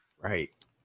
right